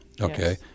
Okay